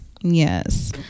yes